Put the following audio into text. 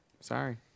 Sorry